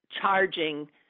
charging